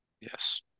Yes